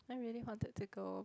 I really wanted to go